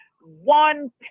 one